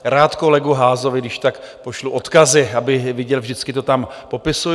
Rád kolegovi Haasovi když tak pošlu odkazy, aby viděl, vždycky to tam popisuji.